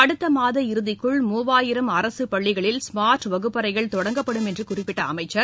அடுத்த மாத இறுதிக்குள் மூவாயிரம் அரசுப் பள்ளிகளில் ஸ்மார்ட் வகுப்பறைகள் தொடங்கப்படும் என்று குறிப்பிட்ட அமைச்சர்